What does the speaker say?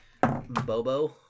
Bobo